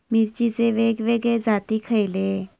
मिरचीचे वेगवेगळे जाती खयले?